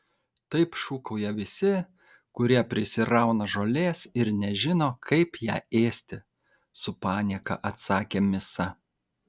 taip šūkauja visi kurie prisirauna žolės ir nežino kaip ją ėsti su panieka atsakė misa